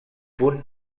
punt